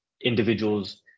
individuals